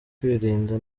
kwirinda